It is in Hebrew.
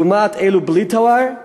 לעומת אלה בלי תואר,